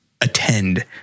attend